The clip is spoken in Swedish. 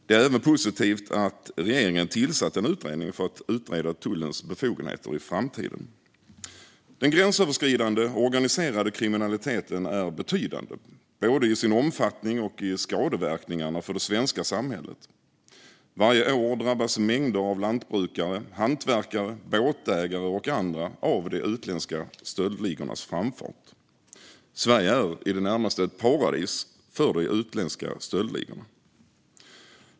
Det är även positivt att regeringen har tillsatt en utredning som ska utreda tullens befogenheter i framtiden. Den gränsöverskridande organiserade kriminaliteten är betydande både i sin omfattning och i skadeverkningarna för det svenska samhället. Varje år drabbas mängder av lantbrukare, hantverkare, båtägare och andra av de utländska stöldligornas framfart. Sverige är i det närmaste ett paradis för de utländska stöldligorna.